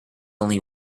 only